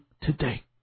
today